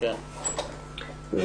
אנחנו